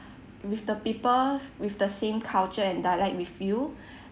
with the people with the same culture and dialect with you